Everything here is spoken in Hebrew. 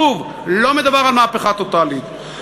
שוב, לא מדובר על מהפכה טוטלית.